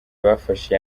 bafashe